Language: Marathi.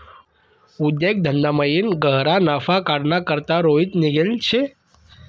उद्योग धंदामयीन गह्यरा नफा काढाना करता रोहित निंघेल शे